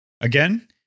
Again